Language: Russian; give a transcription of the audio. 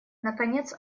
наконец